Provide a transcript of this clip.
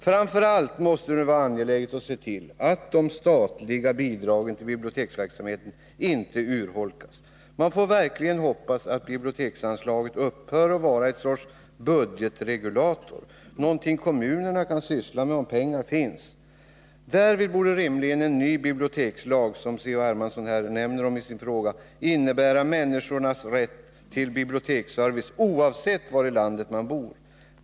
Framför allt måste det vara angeläget att se till att de statliga bidragen till biblioteksverksamheten inte urholkas. Man får verkligen hoppas att biblioteksanslaget upphör att vara en sorts budgetregulator, någonting som kommunerna kan syssla med, om det finns pengar. Därvid borde rimligen en ny bibliotekslag — som C.-H. Hermansson omnämner i sin fråga — innebära människornas rätt till biblioteksservice, oavsett var de bor i landet.